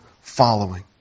following